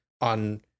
on